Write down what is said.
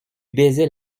baisait